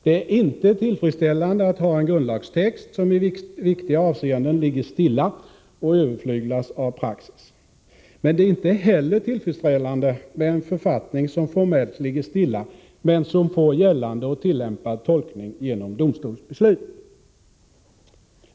Det är inte tillfredsställande att ha en grundlagstext som i viktiga avseenden ligger stilla och överflyglas av praxis. Men det är inte heller tillfredsställande med en författning som formellt ligger stilla men som får gällande och tillämpad tolkning genom domstolsbeslut.